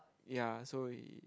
ya so he